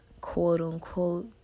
quote-unquote